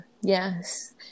yes